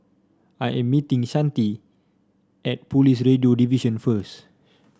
I am meeting Shante at Police Radio Division first